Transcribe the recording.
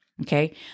Okay